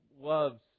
Love's